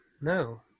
no